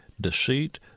deceit